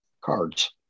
cards